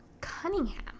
cunningham